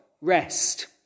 rest